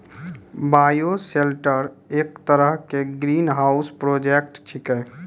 bioshelter एक तरह के ग्रीनहाउस प्रोजेक्ट छेकै